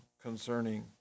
concerning